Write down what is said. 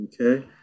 Okay